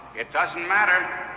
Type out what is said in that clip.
it doesn't matter.